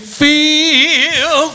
feel